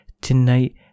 tonight